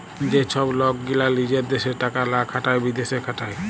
যে ছব লক গীলা লিজের দ্যাশে টাকা লা খাটায় বিদ্যাশে খাটায়